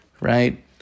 right